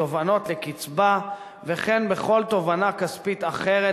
בתובענות לקצבה וכן בכל תובענה כספית אחרת